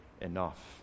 enough